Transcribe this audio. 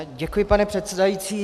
Děkuji, pane předsedající.